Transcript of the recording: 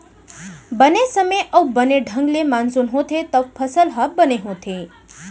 बने समे म अउ बने ढंग ले मानसून होथे तव फसल ह बने होथे